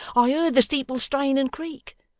i heard the steeple strain and creak.